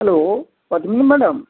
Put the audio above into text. hello Padmini madam